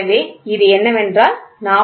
எனவே இது என்னவென்றால் 40